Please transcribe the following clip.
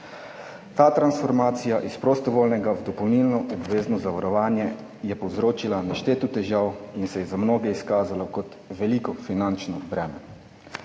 Ta transformacija iz prostovoljnega v obvezno dopolnilno zavarovanje je povzročila nešteto težav in se je za mnoge izkazala kot veliko finančno breme.